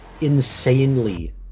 insanely